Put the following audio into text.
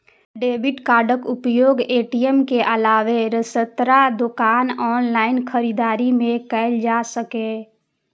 debit कार्डक उपयोग ATM के अलावे रेस्तरां, दोकान, ऑनलाइन खरीदारी मे कैल जा सकैए